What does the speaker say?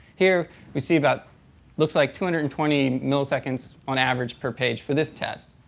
here we see about looks like two hundred and twenty milliseconds on average per page for this test.